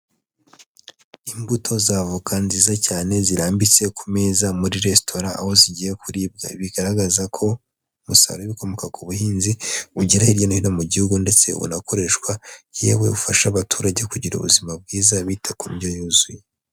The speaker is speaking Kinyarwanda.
Imbuto z'avoka nziza cyane zirambitse ku meza muri resitora aho zigiye kuribwa bigaragaza ko, umusaruro w'ibikomoka ku buhinzi, ugera hirya no hino mu gihugu ndetse unakoreshwa, yewe ufasha abaturage kugira ubuzima bwiza bita ku ndyo yuzuye.